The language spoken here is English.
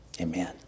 Amen